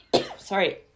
sorry